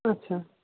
আচ্ছা